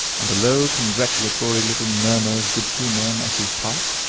and a low, congratulatory little murmur of good humor on etty's part.